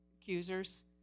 Accusers